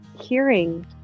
hearing